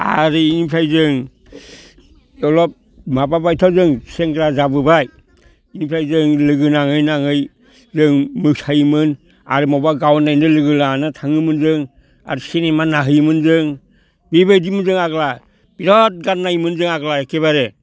आरो इनिफ्राय जों अलप माबाबायथ' जों सेंग्रा जाबोबाय बिनिफ्राय जों लोगो नाङै नाङै जों मोसायोमोन आर माबा गावन नायनो लोगो लानानै थाङोमोन जों आर सिनेमा नाहैयोमोन जों बेबायदिमोन जों आग्ला बिराद गान नायोमोन जों आग्ला एखेबारे